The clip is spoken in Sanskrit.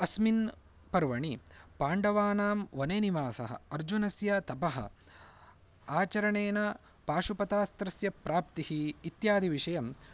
अस्मिन् पर्वणि पाण्डवानां वने निवासः अर्जुनस्य तपः आचरणेन पाशुपतास्त्रस्य प्राप्तिः इत्यादिविषयं